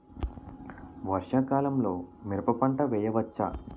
వర్షాకాలంలో మిరప పంట వేయవచ్చా?